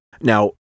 Now